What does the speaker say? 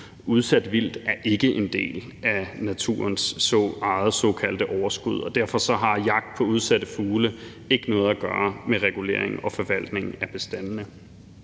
Udsat vildt er ikke en del af naturens eget såkaldte overskud, og derfor har jagt på udsatte fugle ikke noget at gøre med regulering og forvaltning af bestandene.